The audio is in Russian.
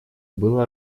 было